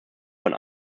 von